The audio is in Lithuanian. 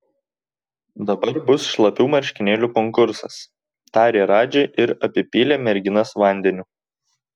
dabar bus šlapių marškinėlių konkursas tarė radži ir apipylė merginas vandeniu